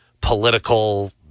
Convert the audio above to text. political